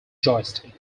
joystick